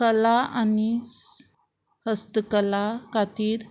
कला आनी हस्तकला खातीर